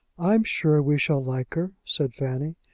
i'm sure we shall like her, said fanny.